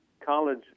college